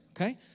okay